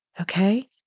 Okay